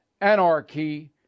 anarchy